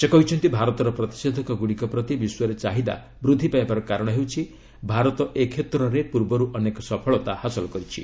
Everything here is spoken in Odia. ସେ କହିଛନ୍ତି ଭାରତର ପ୍ରତିଷେଧକଗୁଡ଼ିକ ପ୍ରତି ବିଶ୍ୱରେ ଚାହିଦା ବୃଦ୍ଧି ପାଇବାର କାରଣ ହେଉଛି ଭାରତ ଏ କ୍ଷେତ୍ରରେ ପୂର୍ବରୁ ଅନେକ ସଫଳତା ହାସଲ କରିଛି